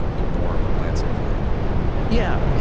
um ignore him or glance over him yeah.